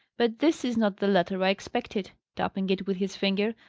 but this is not the letter i expected, tapping it with his finger,